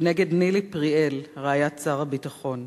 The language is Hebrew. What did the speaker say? ונגד נילי פריאל, רעיית שר הביטחון.